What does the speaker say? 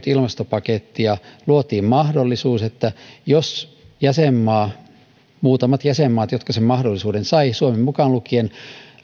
ilmastopakettia luotiin mahdollisuus että jos jäsenmaa muutamat jäsenmaat jotka sen mahdollisuuden saivat suomi mukaan lukien